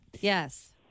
Yes